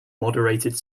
moderated